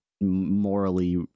morally